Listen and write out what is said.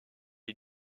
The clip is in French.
est